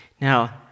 Now